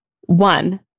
One